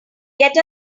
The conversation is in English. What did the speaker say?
get